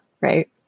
right